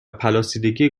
پلاسیدگی